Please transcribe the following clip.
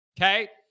Okay